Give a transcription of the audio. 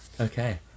Okay